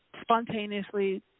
spontaneously